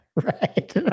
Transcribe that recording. Right